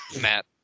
Matt